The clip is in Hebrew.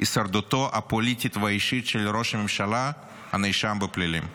הישרדותו הפוליטית והאישית של ראש הממשלה הנאשם בפלילים.